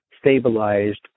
stabilized